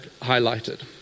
highlighted